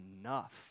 enough